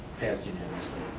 passed unanimously.